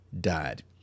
died